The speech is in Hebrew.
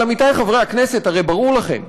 אבל עמיתי חברי הכנסת, הרי ברור לכם,